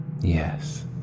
Yes